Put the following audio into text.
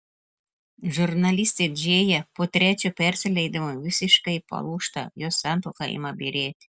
žurnalistė džėja po trečio persileidimo visiškai palūžta jos santuoka ima byrėti